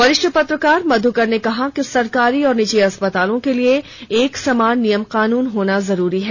वरिष्ठ पत्रकार मध्यकर ने कहा कि सरकारी और निजी अस्पतालों के लिए एक समान नियम कानून होना जरुरी है